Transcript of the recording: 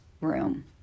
room